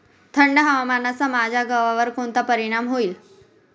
थंड हवामानाचा माझ्या गव्हावर कोणता परिणाम होईल?